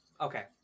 okay